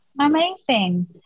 amazing